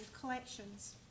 collections